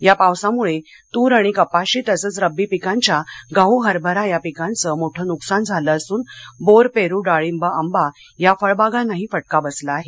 या पावसामुळे तूर आणि कपाशी तसंच रब्बी पिकांच्या गडू हरभरा या पिकांचं मोठं नुकसान झालं असून बोर पेरू डाळींब आंबा या फळबागांनाही फटका बसला आहे